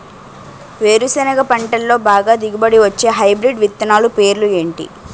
వేరుసెనగ పంటలో బాగా దిగుబడి వచ్చే హైబ్రిడ్ విత్తనాలు పేర్లు ఏంటి?